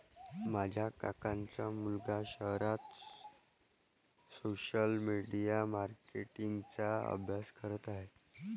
माझ्या काकांचा मुलगा शहरात सोशल मीडिया मार्केटिंग चा अभ्यास करत आहे